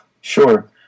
Sure